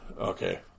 Okay